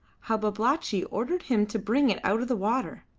how babalatchi ordered him to bring it out of the water.